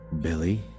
Billy